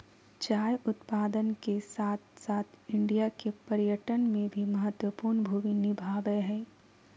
चाय उत्पादन के साथ साथ इंडिया के पर्यटन में भी महत्वपूर्ण भूमि निभाबय हइ